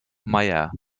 meier